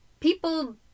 people